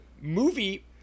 movie